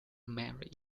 mary